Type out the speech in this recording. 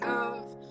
love